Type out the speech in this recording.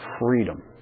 freedom